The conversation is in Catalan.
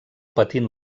patint